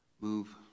move